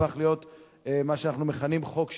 שהפכו להיות מה שאנחנו מכנים "חוק ששינסקי",